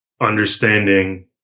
understanding